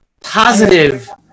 positive